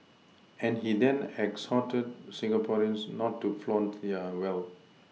and he then exhorted Singaporeans not to flaunt their wealth